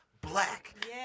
Black